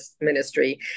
ministry